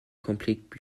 complique